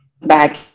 back